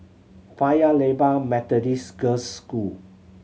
Paya Lebar Methodist Girls' School